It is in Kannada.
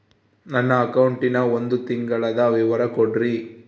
ನನ್ನ ಅಕೌಂಟಿನ ಒಂದು ತಿಂಗಳದ ವಿವರ ಕೊಡ್ರಿ?